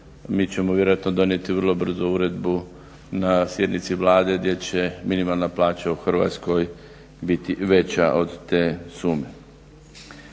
Mi ćemo vjerojatno donijeti vrlo brzo uredbu na sjednici Vlade gdje će minimalna plaća u Hrvatskoj biti veća od te sume.